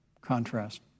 contrast